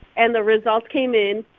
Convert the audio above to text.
and the results came in.